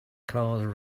cars